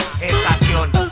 estación